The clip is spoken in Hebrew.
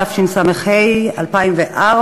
התשס"ה 2004,